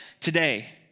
today